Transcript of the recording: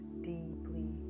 deeply